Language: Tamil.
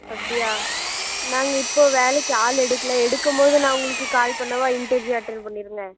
அப்படியா மேம் இப்போ வேலைக்கு ஆள் எடுக்கலை எடுக்கும் போது நான் உங்களுக்கு கால் பண்ணவா இன்டர்வியூ அட்டன்ட் பண்ணி இருந்தேன்